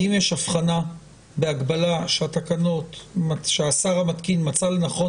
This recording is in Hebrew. ואם יש אבחנה והגבלה שהשר המתקין מצא לנכון